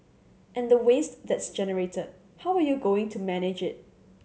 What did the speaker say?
and the waste that's generated how are you going to manage it